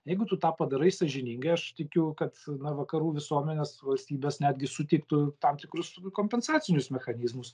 jeigu tu tą padarai sąžiningai aš tikiu kad na vakarų visuomenės valstybės netgi sutiktų tam tikrus kompensacinius mechanizmus